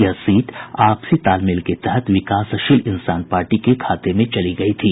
यह सीट आपसी तालमेल के तहत विकासशील इंसान पार्टी के खाते में चली गयी थी